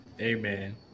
Amen